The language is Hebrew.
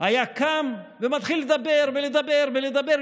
היה קם ומתחיל לדבר ולדבר ולדבר,